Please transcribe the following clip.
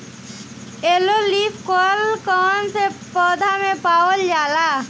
Yellow leaf curl कौन सा पौधा में पावल जाला?